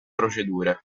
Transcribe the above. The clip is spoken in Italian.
procedure